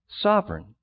sovereign